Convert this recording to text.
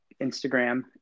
Instagram